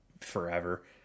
forever